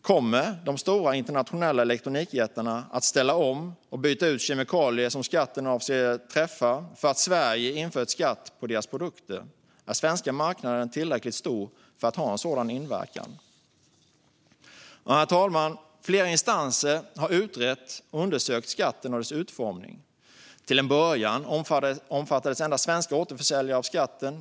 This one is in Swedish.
Kommer de stora internationella elektronikjättarna att ställa om och byta ut kemikalier som skatten avser att träffa för att Sverige har infört skatt på deras produkter? Är den svenska marknaden tillräckligt stor för att ha en sådan inverkan? Herr talman! Flera instanser har utrett och undersökt skatten och dess utformning. Till en början omfattades endast svenska återförsäljare av skatten.